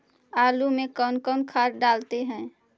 आलू में कौन कौन खाद डालते हैं?